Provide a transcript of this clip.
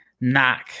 knock